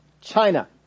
china